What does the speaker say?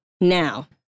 Now